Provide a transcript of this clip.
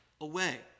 away